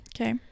Okay